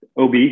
OB